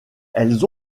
elles